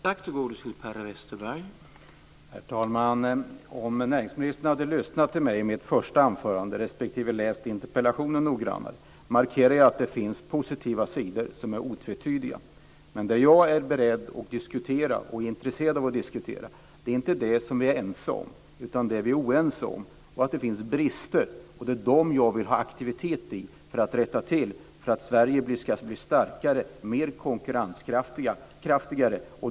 Herr talman! Om näringsministern hade lyssnat till mig i mitt första anförande respektive läst interpellationen noggrannare hade han funnit att jag markerade att det finns positiva sidor som är otvetydiga. Men jag är inte beredd och intresserad av att diskutera det som vi är ense om utan det som vi är oense om. Det finns brister. Det är när det gäller dem som jag vill ha aktivitet, så att de rättas till, så att Sverige blir starkare och mer konkurrenskraftigt.